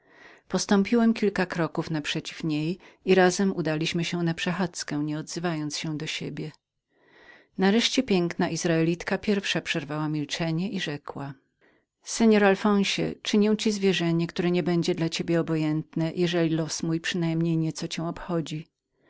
postąpiłem kilka kroków naprzeciw niej i razem udaliśmy się na przechadzkę nieodzywając się prawie do siebie nareszcie piękna izraelitka pierwsza przerwała milczenie i rzekła panie alfonsie uczynię ci zwierzenie które nie będzie dla ciebie obojętnem jeżeli w każdym razie los mój nieco cię obchodzi